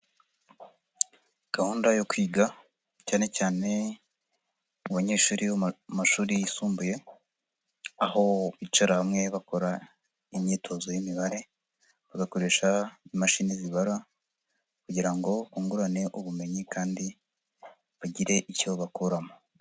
Gahunda yo kwiga cyane cyane mu banyeshuri bo mu mashuri yisumbuye, aho bicara hamwe bakora imyitozo y'imibare, bagakoresha imashini zibara kugira ngo bungurane ubumenyi kandi bagire icyo bakuramo.